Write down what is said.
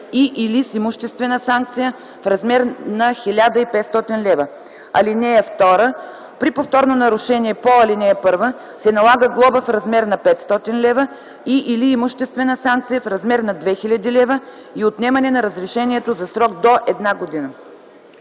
и/или с имуществена санкция в размер на 1500 лв. (2) При повторно нарушение по ал. 1 се налага глоба в размер на 500 лв. и/или имуществена санкция в размер на 2000 лв. и отнемане на разрешението за срок до една година.”